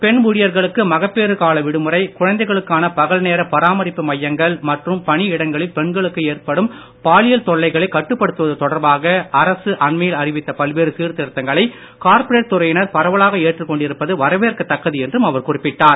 பெண் ஊழியர்களுக்கு மகப்பேறு கால விடுமுறை குழந்தைகளுக்கான பகல் நேரப் பராமரிப்பு மையங்கள் மற்றும் பணி இடங்களில் பெண்களுக்கு ஏற்படும் பாலியல் தொல்லைகளை கட்டுப்படுத்துவது தொடர்பாக அரசு அண்மையில் அறிவித்த பல்வேறு சீர்திருத்தங்களை கார்ப்பரேட் துறையினர் பரவலாக ஏற்றுக் கொண்டிருப்பது வரவேற்கத்தக்கது என்றும் அவர் குறிப்பிட்டார்